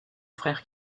frère